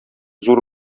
зур